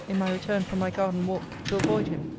in my return from my garden-walk, to avoid him.